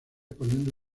poniendo